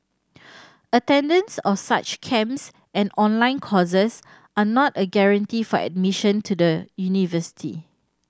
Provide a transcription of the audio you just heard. attendance of such camps and online courses are not a guarantee for admission to the university